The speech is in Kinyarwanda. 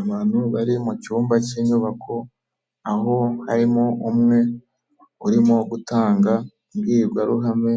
Abantu bari mu cyumba cy'inyubako, aho harimo umwe urimo gutanga imbwirwaruhame,